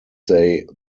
they